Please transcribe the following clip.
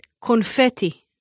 Confetti